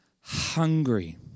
hungry